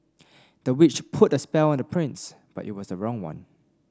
the witch put spell on the prince but it was the wrong one